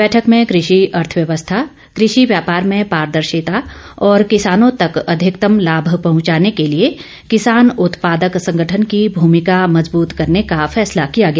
बैठंक में कृषि अर्थव्यवस्था कृषि व्यापार में पारदर्शिता और किसानों तक अधिकतम लाभ पहुंचाने के लिए किसान उत्पादक संगठन की भूमिका मजबूत करने का फैसला किया गया